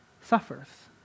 suffers